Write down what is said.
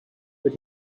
but